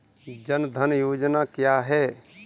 जनधन योजना क्या है?